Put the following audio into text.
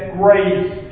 grace